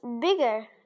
bigger